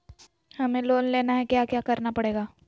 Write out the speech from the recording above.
हमें लोन लेना है क्या क्या करना पड़ेगा?